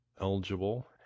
eligible